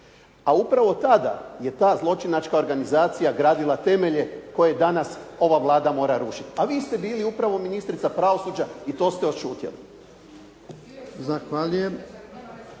A upravo tada je ta zločinačka organizacija gradila temelje koje danas ova Vlada mora rušiti, a vi ste bili upravo ministrica pravosuđa i to ste odšutjeli.